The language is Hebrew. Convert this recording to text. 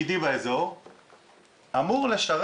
קודם ניתן לנבחרי הציבור ואחר כך נעבור ליועצים.